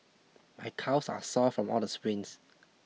my calves are sore from all the sprints